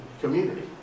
community